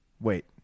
Wait